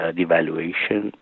devaluation